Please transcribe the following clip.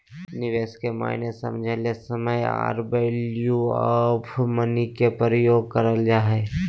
निवेश के मायने समझे ले समय आर वैल्यू ऑफ़ मनी के प्रयोग करल जा हय